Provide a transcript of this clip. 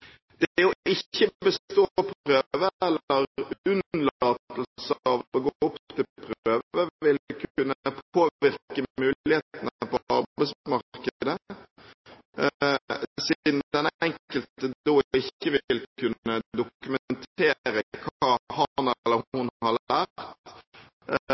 Ikke bestått prøve eller å unnlate å gå opp til prøve vil kunne påvirke mulighetene på arbeidsmarkedet, siden den enkelte da ikke vil kunne dokumentere hva han eller hun har lært, eller